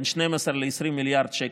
בין 12 ל-20 מיליארד שקלים,